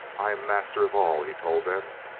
i am master of all, he told them.